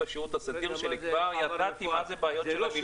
בשירות הסדיר שלי כבר ידעתי מה זה בעיות של מילואימניקים.